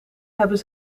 hebben